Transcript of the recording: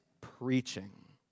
preaching